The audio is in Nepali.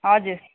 हजुर